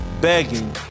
begging